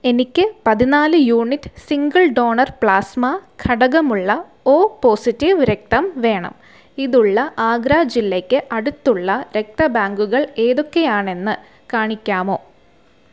എനിക്ക് പതിനാല് unit single donor plasma ഘടകമുള്ള ഒ പോസിറ്റീവ് രക്തം വേണം ഇതുള്ള ആഗ്ര ജില്ലയ്ക്ക് അടുത്തുള്ള രക്തബാങ്കുകൾ ഏതൊക്കെയാണെന്ന് കാണിക്കാമോ